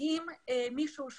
מזהים מישהו שהוא